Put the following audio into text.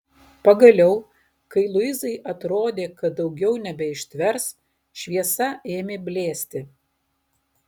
pagaliau kai luizai atrodė kad daugiau nebeištvers šviesa ėmė blėsti